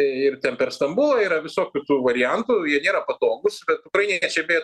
ir ten per stambulą yra visokių tų variantų jie nėra patogūs bet ukrainiečiai beje